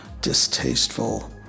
distasteful